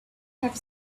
have